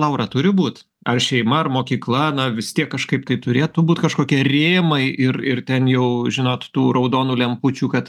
laura turi būt ar šeima ar mokykla na vis tiek kažkaip tai turėtų būt kažkokie rėmai ir ir ten jau žinot tų raudonų lempučių kad